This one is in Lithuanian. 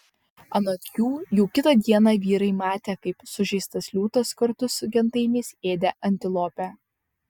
anot jų jau kitą dieną vyrai matė kaip sužeistas liūtas kartu su gentainiais ėdė antilopę